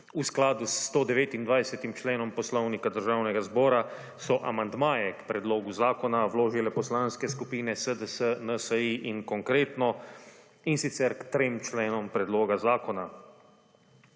V skladu s 129. členom Poslovnika Državnega zbora, so amandmaje k predlogu zakona vložile Poslanske skupine SDS, NSi in Konkretno in sicer, k trem členom predloga zakona.